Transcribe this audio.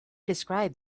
described